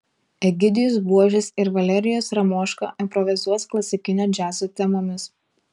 egidijus buožis ir valerijus ramoška improvizuos klasikinio džiazo temomis